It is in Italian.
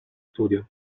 studio